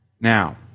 Now